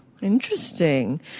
Interesting